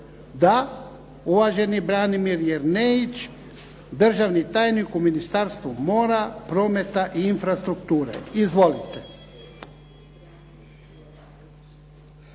Da. Uvaženi Branimir Jerneić državni tajnik u Ministarstvu mora, prometa i infrastrukture. Izvolite.